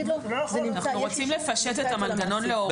אנחנו רוצים לפשט את המנגנון מול ההורים.